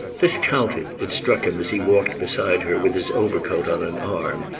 this counted, it struck him as he walked beside her with his overcoat on an arm,